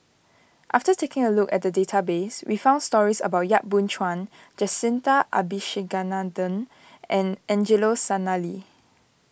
after taking a look at the database we found stories about Yap Boon Chuan Jacintha Abisheganaden and Angelo Sanelli